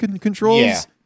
controls